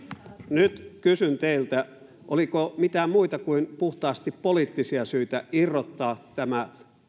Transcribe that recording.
nyt kysyn teiltä oliko mitään muita kuin puhtaasti poliittisia syitä irrottaa tämä